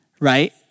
right